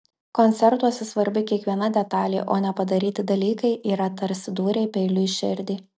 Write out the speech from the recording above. koncertuose svarbi kiekviena detalė o nepadaryti dalykai yra tarsi dūriai peiliu į širdį